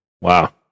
Wow